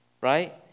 right